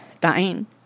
dying